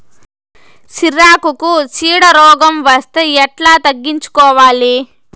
సిరాకుకు చీడ రోగం వస్తే ఎట్లా తగ్గించుకోవాలి?